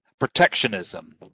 protectionism